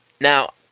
now